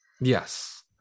yes